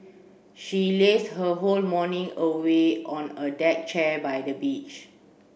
she lazed her whole morning away on a deck chair by the beach